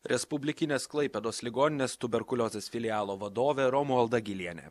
respublikinės klaipėdos ligoninės tuberkuliozės filialo vadove romualda gylienė